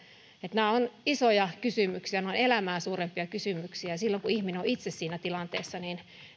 nämä ovat isoja kysymyksiä nämä ovat elämää suurempia kysymyksiä ja silloin kun ihminen on itse siinä tilanteessa niin